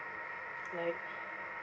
like